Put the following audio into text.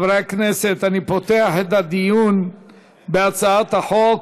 חברי הכנסת, אני פותח את הדיון בהצעת החוק.